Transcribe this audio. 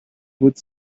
would